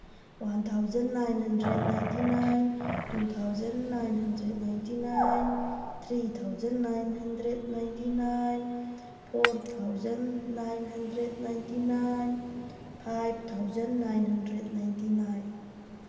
one thousand nine hundred ninety nine two thousand nine hundred ninety nine three thousand nine hundred ninety nine four thousand nine hundred ninety nine five thousand nine hundred ninety nine